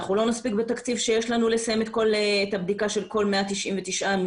לא נספיק בתקציב שיש לנו לסיים את הבדיקה של כל 199 המבנים,